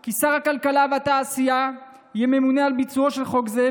כי שר הכלכלה והתעשייה יהיה ממונה על ביצועו של חוק זה,